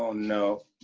ah no.